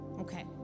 Okay